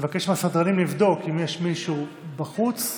נבקש מהסדרנים לבדוק אם יש מישהו בחוץ.